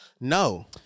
No